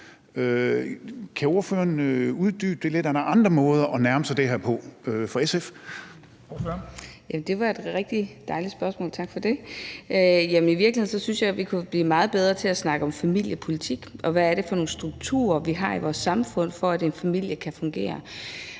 Ordføreren. Kl. 13:39 Charlotte Broman Mølbæk (SF): Det var et rigtig dejligt spørgsmål – tak for det. Jamen i virkeligheden synes jeg, at vi kunne blive meget bedre til at snakke om familiepolitik, og hvad det er for nogle strukturer, vi har i vores samfund for at en familie kan fungere.